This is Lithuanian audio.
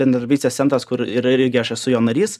bendarbystės centras kur ir ir irgi aš esu jo narys